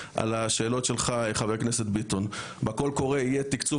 משרד האוצר תמר לוי בונה רכזת תקציב